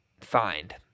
find